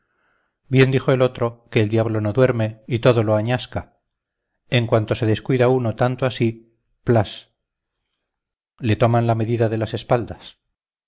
bien dijo el otro que el diablo no duerme y todo lo añasca en cuanto se descuida uno tanto así plas le toman la medida de las espaldas